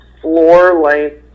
floor-length